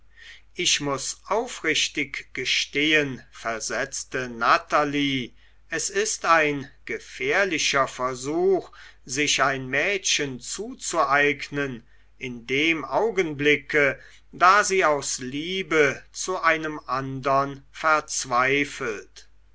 ich muß aufrichtig gestehen versetzte natalie es ist ein gefährlicher versuch sich ein mädchen zuzueignen in dem augenblicke da sie aus liebe zu einem andern verzweifelt